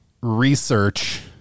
research